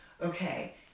okay